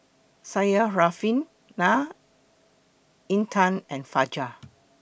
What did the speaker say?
Syarafina Intan and Fajar